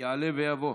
יעלה ויבוא.